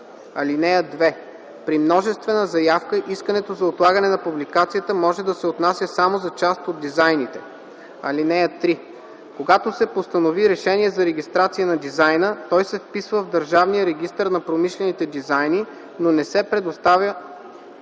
такса. (2) При множествена заявка искането за отлагане на публикацията може да се отнася само за част от дизайните. (3) Когато се постанови решение за регистрация на дизайна, той се вписва в Държавния регистър на промишлените дизайни, но не се предоставя